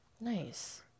Nice